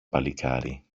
παλικάρι